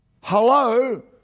Hello